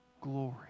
glory